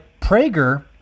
Prager